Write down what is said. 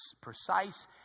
precise